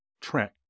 track